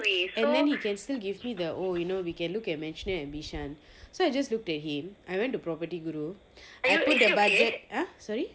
and then he can still give me the oh we can look at mansion at bishan so I just looked at him I went to property guru I put the budget !huh! sorry